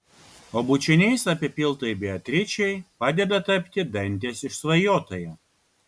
o bučiniais apipiltai beatričei padeda tapti dantės išsvajotąja